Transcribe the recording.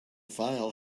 file